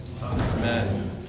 Amen